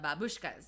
babushkas